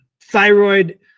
thyroid